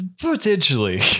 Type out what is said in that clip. Potentially